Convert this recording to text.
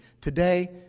today